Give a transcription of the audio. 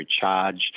charge